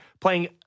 playing